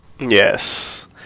yes